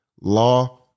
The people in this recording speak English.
law